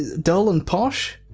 dull and posh?